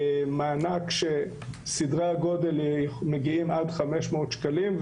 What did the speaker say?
מענק שסדרי הגודל שלו מגיעים עד 500 שקלים,